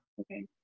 Okay